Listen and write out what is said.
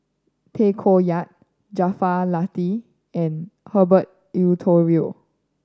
Tay Koh Yat Jaafar Latiff and Herbert Eleuterio